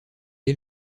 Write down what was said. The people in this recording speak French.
est